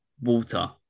water